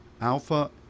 Alpha